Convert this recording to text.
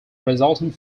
resulting